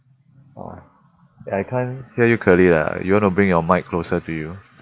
!wah! I can't hear you clearly lah you want to bring your mic closer to you